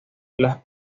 las